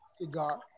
cigar